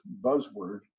buzzword